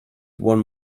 one